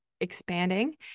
expanding